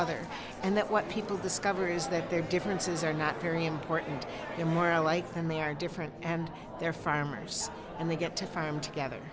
other and that what people discover is that their differences are not very important and more alike than they are different and they're farmers and they get to farm together